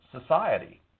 society